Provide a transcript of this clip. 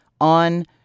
on